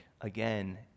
again